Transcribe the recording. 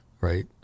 Right